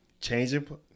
Changing